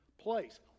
place